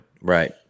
Right